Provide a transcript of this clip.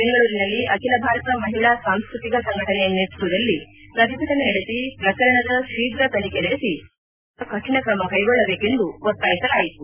ಬೆಂಗಳೂರಿನಲ್ಲಿ ಅಖಿಲ ಭಾರತ ಮಹಿಳಾ ಸಾಂಸ್ಕತಿಕ ಸಂಘಟನೆ ನೇತೃತ್ವದಲ್ಲಿ ಪ್ರತಿಭಟನೆ ನಡೆಸಿ ಪ್ರಕರಣದ ಶೀಘ್ರ ತನಿಖೆ ನಡೆಸಿ ತಪ್ಪಿತಸ್ಥರ ವಿರುದ್ದ ಕಠಿಣ ಕ್ರಮ ಕೈಗೊಳ್ಳಬೇಕೆಂದು ಒತ್ತಾಯಿಸಲಾಯಿತು